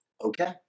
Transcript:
okay